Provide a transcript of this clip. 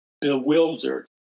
bewildered